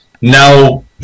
Now